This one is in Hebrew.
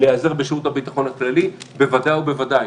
להיעזר בשירות הביטחון הכללי בוודאי ובוודאי.